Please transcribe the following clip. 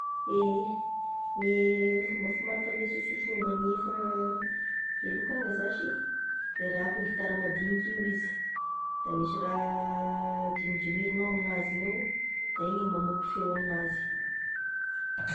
Ehe gne fomba famariparita sosotry momba fa- e lokanga zashy, de raha koa gitara madiniky io izy, de misy raha drimidrimirinao aminazy igny ao, da igny e mamoaky feo aminazy.